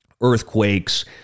earthquakes